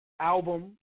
album